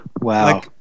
wow